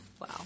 Wow